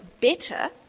better